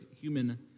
human